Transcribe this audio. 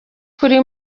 kuri